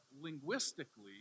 linguistically